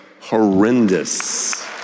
horrendous